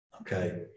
okay